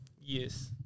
Yes